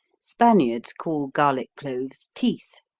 spaniards call garlic cloves teeth,